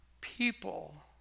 people